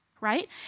right